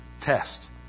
test